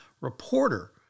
reporter